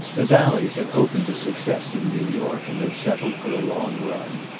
the valley had opened to success in new york, and had settled for a long run.